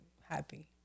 happy